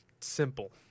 simple